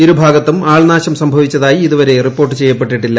ഇരുഭാഗത്തും ആൾനാശം സംഭവിച്ചതായി ഇതുവരെ റിപ്പോർട്ട് ചെയ്യപ്പെട്ടിട്ടില്ല